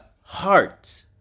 heart